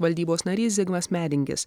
valdybos narys zigmas medingis